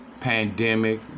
pandemic